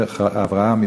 דרך אברהם,